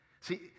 See